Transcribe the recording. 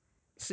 真的 ah